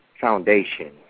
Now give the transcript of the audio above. foundation